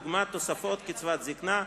דוגמת תוספת קצבת זיקנה,